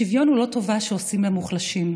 שוויון הוא לא טובה שעושים למוחלשים.